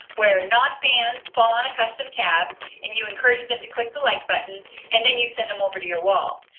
where none fans following a custom tab in and you encourage them to click the like button and then you send them over to your wall.